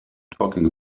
talking